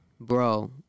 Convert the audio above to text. Bro